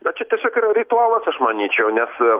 bet čia tiesiog yra ritualas aš manyčiau nes